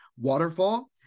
waterfall